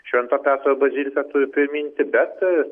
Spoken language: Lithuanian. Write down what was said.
švento petro bazilika turi priminti bet